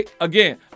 Again